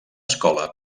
escola